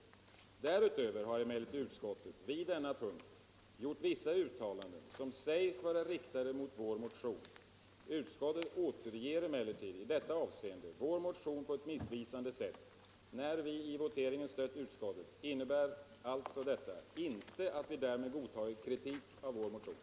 Därutöver har emellertid utskottet i anslutning till detta moment gjort vissa uttalanden, som sägs vara riktade mot vår motion. Utskottet återger emellertid i detta avseende vår motion på ett missvisande sätt. Att vi i motiveringen stött utskottets hemställan innebär alltså inte att vi därmed godtagit kritiken av vår motion.